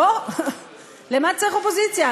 למה צריך אופוזיציה?